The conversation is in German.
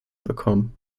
bekommen